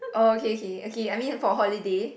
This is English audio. oh okay okay okay I mean for holiday